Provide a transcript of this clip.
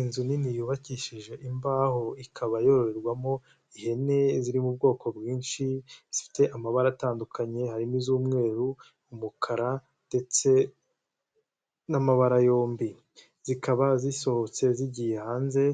Inzu nini yubakishije imbaho ikaba yororerwamo ihene ziri mu bwoko bwinshi zifite amabara atandukanye harimo iz'umweru, umukara ndetse n'amabara yombi. Zikaba zisohotse zigiye hanze